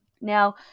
Now